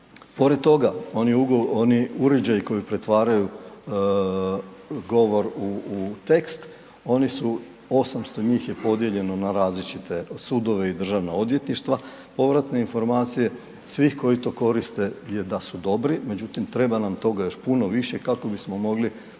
Pored toga oni uređaji koji pretvaraju govor u tekst, oni su 800 njih je podijeljeno na različite sudove i državna odvjetništva. Povratne informacije svih koji to koriste je da su dobri, međutim treba nam toga još puno više kako bismo mogli